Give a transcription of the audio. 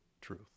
truth